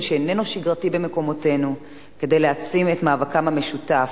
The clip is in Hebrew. שאיננו שגרתי במקומותינו כדי להעצים את מאבקם המשותף,